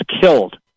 killed